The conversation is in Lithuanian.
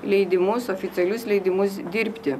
leidimus oficialius leidimus dirbti